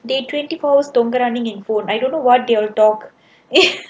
they twenty four don't grounding in phone I don't know what they will talk